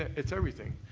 it's everything.